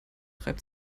reibt